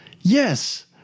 Yes